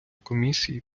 комісії